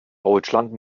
deutschland